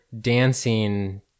dancing